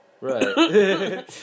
Right